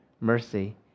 mercy